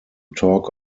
talk